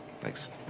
Thanks